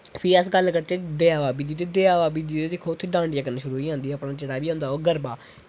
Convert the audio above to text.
फिर अस गल्ल करचै दया दी दया गी जित्थें दिक्खो डांडिया करना शुरू होई जंदियां जेह्ड़ा बी होंदा ओह् गरबा